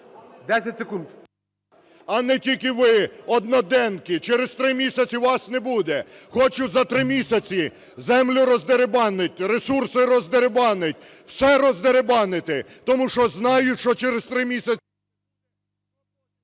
ЛЯШКО О.В. А не тільки ви, одноденки. Через три місяці вас не буде. Хочуть за три місяці землю роздерибанить, ресурси роздерибанить, все роздерибанити, тому що знають, що через три місяці…